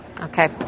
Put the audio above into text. Okay